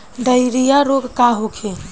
Diarrhoea रोग का होखे?